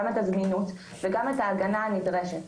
גם את הזמינות וגם את ההגנה הנדרשת,